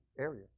area